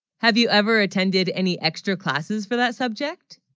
have you ever attended any extra classes for that subject